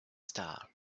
star